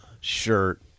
shirt